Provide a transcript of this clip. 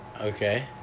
Okay